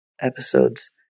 episodes